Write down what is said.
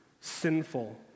sinful